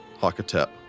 Hakatep